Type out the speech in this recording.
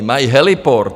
Mají heliport.